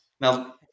Now